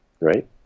right